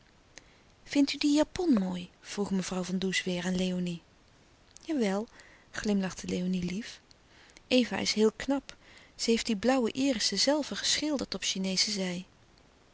vindt u die japon mooi vroeg mevrouw van does weêr aan léonie jawel glimlachte léonie lief eva is heel knap ze heeft die blauwe irissen zelve geschilderd op chineesche zij